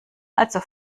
also